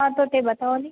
હા તો તે બતાવોની